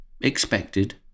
expected